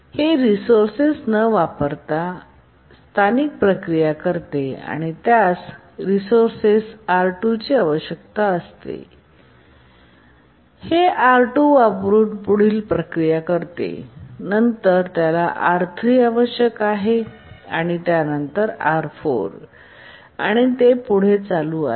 हे रिसोर्सेस न वापरता काही स्थानिक प्रक्रिया करते आणि नंतर त्यास रिसोर्सेस R2 ची आवश्यकता असते आणि हे R2 वापरून पुढील प्रक्रिया करते नंतर त्याला R3आवश्यक आहे नंतर R4 आणि ते पुढे चालू आहे